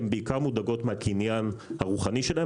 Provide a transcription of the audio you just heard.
הן בעיקר מודאגות מהקניין הרוחני שלהן,